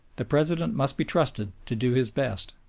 the president must be trusted to do his best.